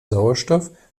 sauerstoff